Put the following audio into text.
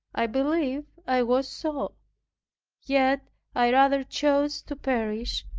i believe i was so yet i rather chose to perish,